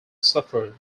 suffered